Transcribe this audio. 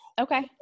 Okay